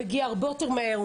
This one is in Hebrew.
הוא מגיע הרבה יותר מהר,